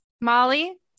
Molly